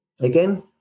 Again